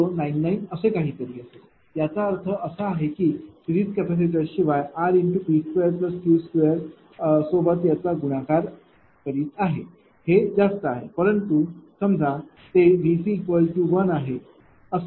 099 असे काहीतरी होईल याचा अर्थ असा आहे की सिरीज कॅपेसिटरशिवाय rP2Q2सोबत याचा गुणाकार करीत आहे हे जास्त आहे परंतु जर ते समजा Vc1असेल